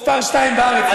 מספר שתיים בארץ.